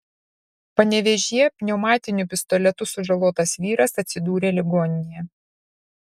panevėžyje pneumatiniu pistoletu sužalotas vyras atsidūrė ligoninėje